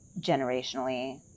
generationally